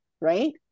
right